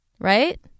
Right